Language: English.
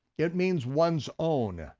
it means one's own.